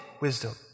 wisdom